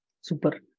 Super